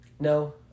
no